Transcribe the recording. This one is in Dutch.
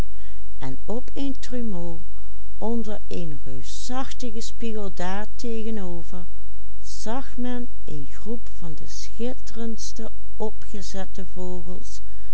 daartegenover zag men een groep van de schitterendste opgezette vogels